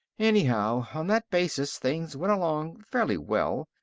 anyhow, on that basis things went along fairly well,